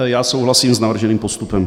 Já souhlasím s navrženým postupem.